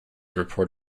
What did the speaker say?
report